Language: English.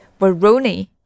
Veroni